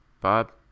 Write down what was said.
Bob